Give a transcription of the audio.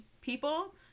people